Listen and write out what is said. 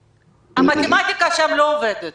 המתמטיקה שם לא עובדת.